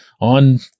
on